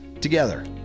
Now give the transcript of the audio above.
together